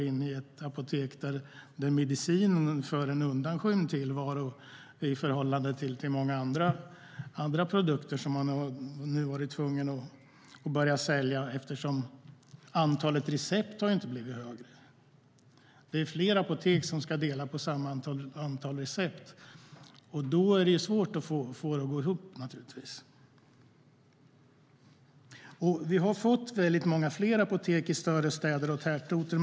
I dag för medicinen en undanskymd tillvaro på apoteket i förhållande till många andra produkter som de har varit tvungna att börja sälja. Antalet recept har inte blivit fler. Det är fler apotek som ska dela på samma antal recept, och då är det naturligtvis svårt att få det att gå ihop. Vi har fått många fler apotek i större städer och tätorter.